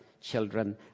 children